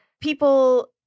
people